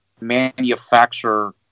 manufacture